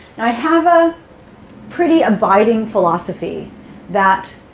and i have a pretty abiding philosophy that